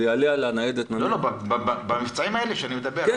הוא יעלה על הניידת --- במבצעים האלה --- כן.